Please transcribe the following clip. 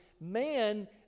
man